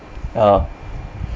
ah